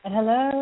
Hello